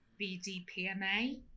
BDPMA